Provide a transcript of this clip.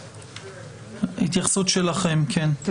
התייחסות שלכם, בבקשה.